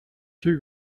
two